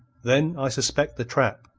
then i suspect the trap.